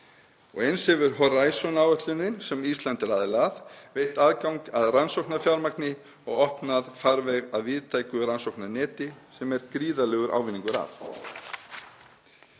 Eins hefur Horizon-áætlunin, sem Ísland er aðili að, veitt aðgang að rannsóknarfjármagni og opnað farveg að víðtæku rannsóknarneti, sem er gríðarlegur ávinningur af.